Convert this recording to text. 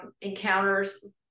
encounters